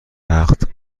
وقت